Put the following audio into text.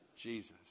Jesus